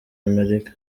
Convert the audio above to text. amerika